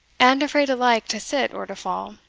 and afraid alike to sit or to fall,